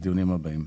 בדיונים הבאים.